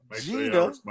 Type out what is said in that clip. Gina